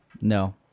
no